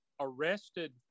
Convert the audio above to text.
arrested